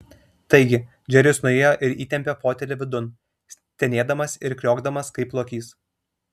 taigi džeris nuėjo ir įtempė fotelį vidun stenėdamas ir kriokdamas kaip lokys